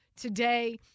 today